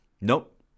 Nope